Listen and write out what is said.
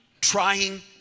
trying